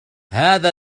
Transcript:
هذا